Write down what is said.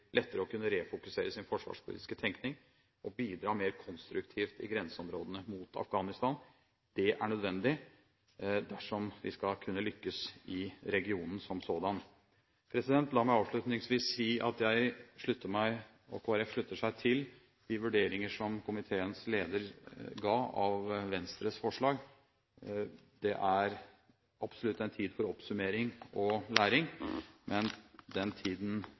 lettere å refokusere sin forsvarspolitiske tenkning og bidra mer konstruktivt i grenseområdene mot Afghanistan. Det er nødvendig dersom vi skal kunne lykkes i regionen som sådan. La meg avslutningsvis si at Kristelig Folkeparti slutter seg til de vurderinger som komiteens leder ga av Venstres forslag. Det er absolutt en tid for oppsummering og læring, men den tiden